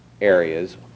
areas